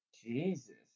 Jesus